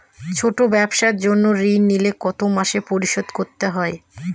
ছোট ব্যবসার জন্য ঋণ নিলে কত মাসে পরিশোধ করতে হয়?